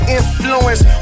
influence